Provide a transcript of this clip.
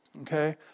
okay